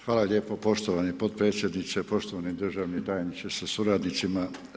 Hvala lijepo poštovani potpredsjedniče, poštovani državni tajniče sa suradnicima.